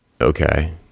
Okay